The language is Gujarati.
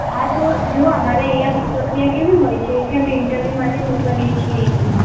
હા તો જુઓ અમારે અહીંયા પ્રકિયા કેવી હોય છે કે અમે ઇન્ટરવ્યુ માટે મોકલીએ છીએ અહીંથી